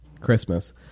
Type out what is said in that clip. christmas